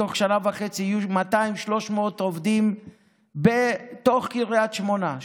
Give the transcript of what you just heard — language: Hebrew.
בתוך שנה וחצי יהיו 200 300 עובדים בתוך קריית שמונה,